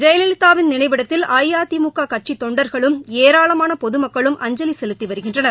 ஜெயலலிதாவின் நினைவிடத்தில் அஇஅதிமுக கட்சித் தொண்டர்களும் ஏராளமான பொதுமக்களும் அஞ்சலி செலுத்தி வருகின்றனர்